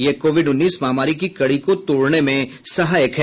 यह कोविड उन्नीस महामारी की कडी को तोडने में सहायक है